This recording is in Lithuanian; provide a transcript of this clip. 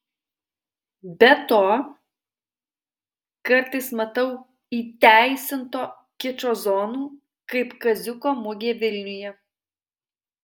be to kartais matau įteisinto kičo zonų kaip kaziuko mugė vilniuje